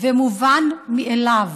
ומובן מאליו.